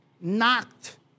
knocked